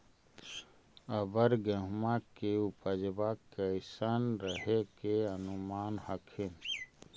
अबर गेहुमा के उपजबा कैसन रहे के अनुमान हखिन?